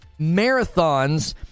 Marathons